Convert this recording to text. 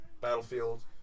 Battlefield